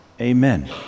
Amen